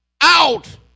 out